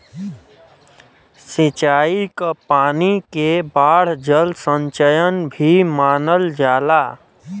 सिंचाई क पानी के बाढ़ जल संचयन भी मानल जाला